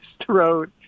throat